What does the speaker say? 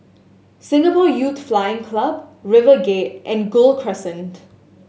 Singapore Youth Flying Club River Gate and Gul Crescent